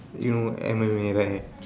you know M_M_A right